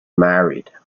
married